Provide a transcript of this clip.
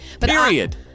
Period